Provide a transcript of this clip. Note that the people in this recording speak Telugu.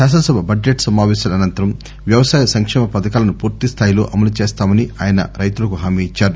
శాసనసభ బడ్జెట్ సమావేశాల అనంతరం వ్యవసాయ సంక్షేమ పథకాలను పూర్తిస్థాయిలో అమలు చేస్తామని ఆయన రైతులకు హామీ ఇచ్చారు